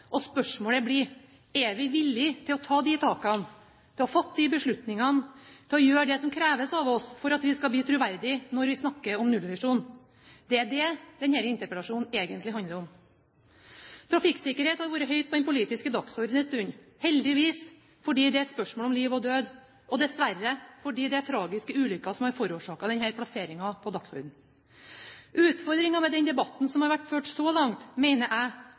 Og spørsmålet blir: Er vi villige til å ta de takene, til å fatte de beslutningene, til å gjøre det som kreves av oss, for at vi skal bli troverdige når vi snakker om nullvisjonen? Det er det denne interpellasjonen egentlig handler om. Trafikksikkerhet har vært høyt på den politiske dagsordenen en stund. Heldigvis, fordi det er et spørsmål om liv og død – og dessverre, fordi det er tragiske ulykker som har forårsaket denne plasseringen på dagsordenen. Utfordringen med den debatten som har vært ført så langt, mener jeg